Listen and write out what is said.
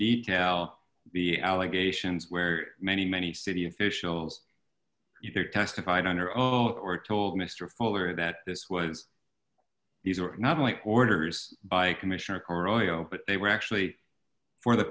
detail the allegations where many many city officials you there testified under oath or told mr fuller that this was these were not only orders by commissioner carajo but they were actually for the